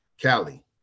cali